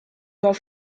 were